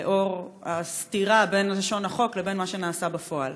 לנוכח הסתירה בין לשון החוק לבין מה שנעשה בפועל?